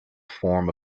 form